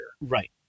Right